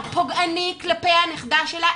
פוגעני כלפי הנכדה שלה,